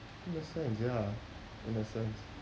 innocence ya innocence